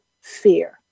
fear